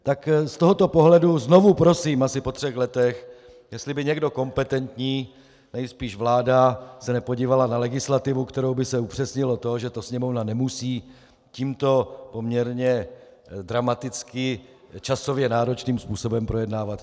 Z tohoto pohledu znovu prosím asi po třech letech, jestli by někdo kompetentní, nejspíš vláda, se nepodíval na legislativu, kterou by se upřesnilo to, že to Sněmovna nemusí tímto poměrně dramaticky časově náročným způsobem projednávat.